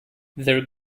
their